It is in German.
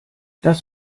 das